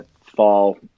fall